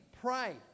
pray